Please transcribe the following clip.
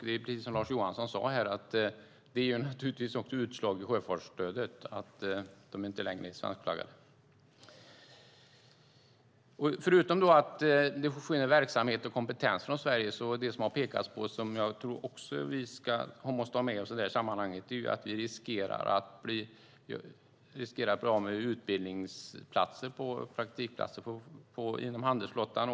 Det är precis som Lars Johansson sade, att det också ger utslag i sjöfartsstödet att de inte längre är svenskflaggade. Det försvinner verksamhet och kompetens från Sverige. Men det finns något som det har pekats på och som jag tror att vi också måste ha med oss i det här sammanhanget, och det är att vi riskerar att bli av med utbildningsplatser och praktikplatser inom handelsflottan.